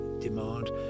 demand